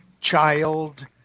child